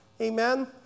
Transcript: Amen